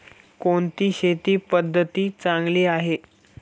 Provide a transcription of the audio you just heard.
कोणती शेती पद्धती चांगली आहे?